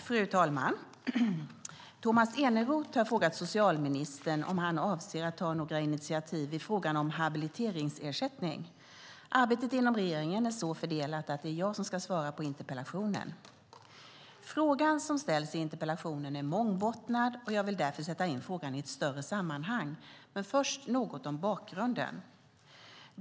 Fru talman! Tomas Eneroth har frågat socialministern om han avser att ta några initiativ i frågan om habiliteringsersättning. Arbetet inom regeringen är så fördelat att det är jag som ska svara på interpellationen. Frågan som ställs i interpellationen är mångbottnad, och jag vill därför sätta in frågan i ett större sammanhang. Men först något om bakgrunden.